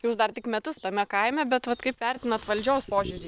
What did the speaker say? jūs dar tik metus tame kaime bet vat kaip vertinat valdžios požiūrį